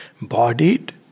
Bodied